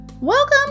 Welcome